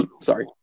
sorry